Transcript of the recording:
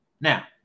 Now